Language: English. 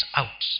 out